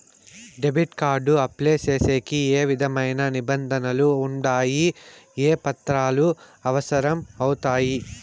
Debit card apply సేసేకి ఏ విధమైన నిబంధనలు ఉండాయి? ఏ పత్రాలు అవసరం అవుతాయి?